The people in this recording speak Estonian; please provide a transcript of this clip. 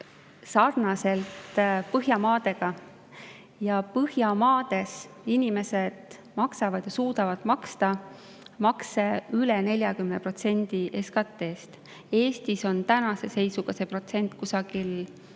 sarnaselt Põhjamaadega. Põhjamaades inimesed maksavad ja suudavad maksta makse üle 40% SKT-st. Eestis on tänase seisuga see protsent kusagil